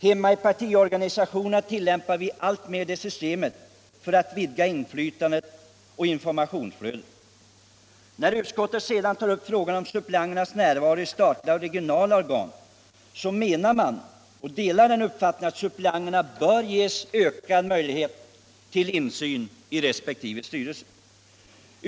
Hemma i partiorganisationerna tillämpar vi alltmer det systemet för att vidga inflytandet och informationsflödet. Utskottet tar sedan upp frågan om suppleanternas närvaro i statliga och regionala organ. Utskottet delar uppfattningen att suppleanterna bör ges ökad möjlighet till insyn i resp. styrelse.